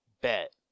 Bet